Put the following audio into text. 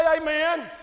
amen